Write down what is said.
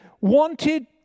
wanted